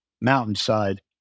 Mountainside